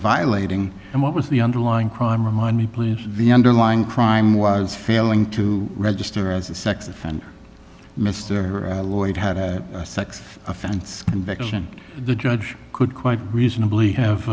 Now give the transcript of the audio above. violating and what was the underlying crime remind me please the underlying crime was failing to register as a sex offender mr lloyd had a sex offense conviction the judge could quite reasonably have